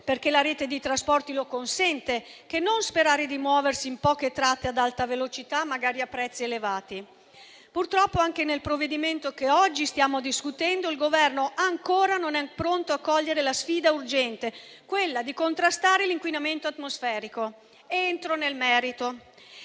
perché la rete di trasporti lo consente, che non sperare di muoversi in poche tratte ad alta velocità, magari a prezzi elevati. Purtroppo, anche nel provvedimento che oggi stiamo discutendo, il Governo ancora non è pronto a cogliere la sfida urgente di contrastare l'inquinamento atmosferico. Entro nel merito.